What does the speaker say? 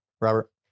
Robert